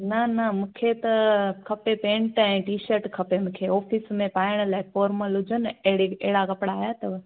न न मूंखे त खपे पेंट ऐं टीशर्ट खपे मूंखे ऑफ़िस में पाइण लाइ फॉर्मल हुजनि अहिड़े अहिड़ा कपिड़ा आया अथव